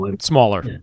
smaller